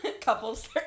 Couples